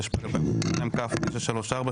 התשפ"ב-2022 (כ/934),